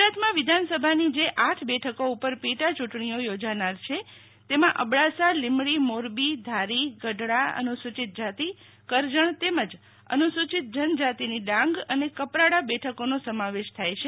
ગુજરાતમાં વિધાનસભાની જે આઠ બેઠકો ઉપર પેટા ચૂંટણીઓ યોજાનાર છે તેમાં અબડાસા લીમડી મોરબી ધારી ગઢડા અનુસૂચિત જાતિ કરજણ તેમજ અનુસુચિત જનજાતિની ડાંગ અને કપરાડા બેઠકોનો સમાવેશ થાય છે